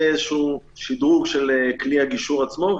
זה איזשהו שדרוג של כלי הגישור עצמו,